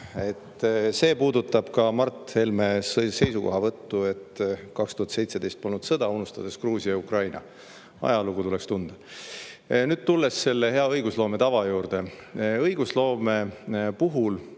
puudutab Mart Helme seisukohavõttu, et 2017. aastal polnud sõda, unustades Gruusia ja Ukraina. Ajalugu tuleks tunda. Nüüd tulen selle hea õigusloome tava juurde. Õigusloome puhul